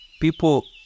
People